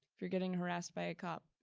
if you're getting harassed by cop,